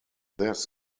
this